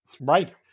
Right